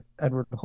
Edward